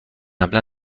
قبلا